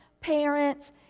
parents